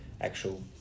actual